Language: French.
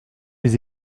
les